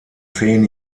zehn